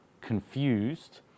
confused